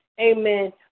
Amen